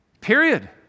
Period